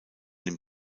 den